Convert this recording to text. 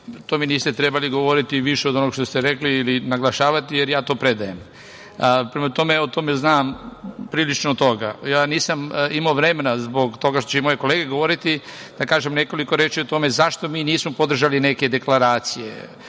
niste mi trebali govoriti više od onoga što ste rekli ili naglašavati, jer ja to predajem. Prema tome, o tome znam prilično toga. Nisam imao vremena, zbog toga što će moje kolege govoriti, da kažem nekoliko reči o tome zašto mi nismo podržali neke deklaracije